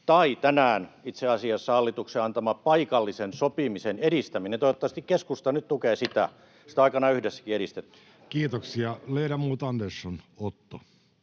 tai itse asiassa tänään hallituksen antama paikallisen sopimisen edistäminen. Toivottavasti keskusta nyt tukee sitä. Sitä on aikanaan yhdessäkin edistetty. Kiitoksia. — Ledamot Andersson, Otto.